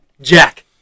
Jack